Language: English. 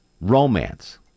romance